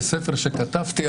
בספר שכתבתי,